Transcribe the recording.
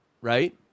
right